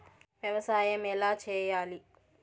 వ్యవసాయం ఎలా చేయాలి?